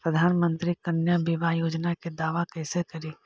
प्रधानमंत्री कन्या बिबाह योजना के दाबा कैसे करबै?